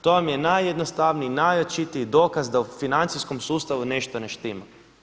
To vam je najjednostavniji, najočitiji dokaz da u financijskom sustavu nešto ne štima.